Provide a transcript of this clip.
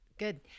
Good